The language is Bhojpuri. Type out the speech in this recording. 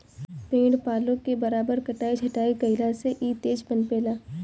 पेड़ पालो के बराबर कटाई छटाई कईला से इ तेज पनपे ला